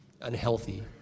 unhealthy